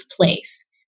place